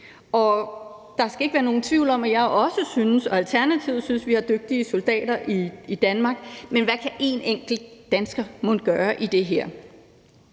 Der skal ikke være nogen tvivl om, at jeg og Alternativet også synes, at vi har dygtige soldater i i Danmark, men hvad kan en enkelt dansker mon gøre i det her?